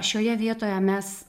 šioje vietoje mes